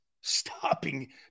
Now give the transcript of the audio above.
stopping